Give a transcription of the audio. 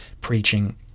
preaching